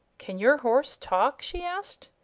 can your horse talk? she asked.